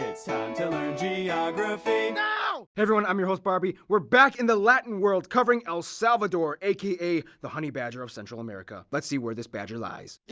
it's time to learn geography now! hey everyone, i'm your host barby. we're back in the latin world covering el salvador, a k a the honey badger of central america. let's see where this badger lies.